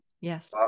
yes